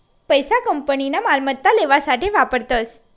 पैसा कंपनीना मालमत्ता लेवासाठे वापरतस